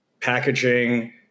packaging